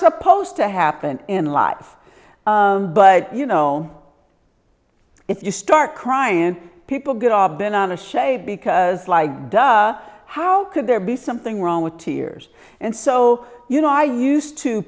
supposed to happen in life but you know if you start crying and people get all bent on a shave because like duh how could there be something wrong with tears and so you know i used to